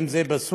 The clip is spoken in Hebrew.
אם זה בסוריה,